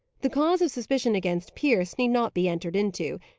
the cause of suspicion against pierce need not be entered into,